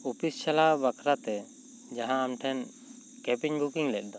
office ᱪᱟᱞᱟᱣ ᱵᱟᱠᱷᱨᱟ ᱛᱮ ᱢᱟᱦᱟᱸ ᱟᱢ ᱴᱷᱮᱱ ᱠᱮᱯᱤᱧ ᱵᱩᱠᱤᱝ ᱞᱮᱫ ᱫᱚ